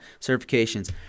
certifications